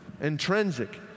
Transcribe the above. intrinsic